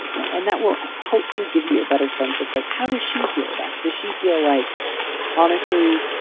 and that will hopefully give you a better sense of like, how does she feel about it? does she feel like honestly,